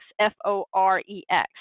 F-O-R-E-X